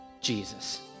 Jesus